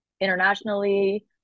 internationally